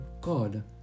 god